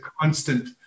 constant